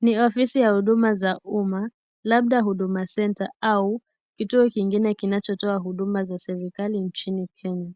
Ni ofisi ya huduma za umma, labda huduma centre au kituo kingine kinachotoa huduma cha serikali nchini Kenya.